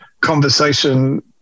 conversation